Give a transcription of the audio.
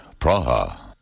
Praha